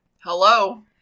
Hello